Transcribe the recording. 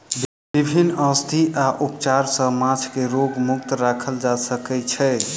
विभिन्न औषधि आ उपचार सॅ माँछ के रोग मुक्त राखल जा सकै छै